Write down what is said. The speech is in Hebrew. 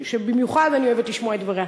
שבמיוחד אני אוהבת לשמוע את דבריה.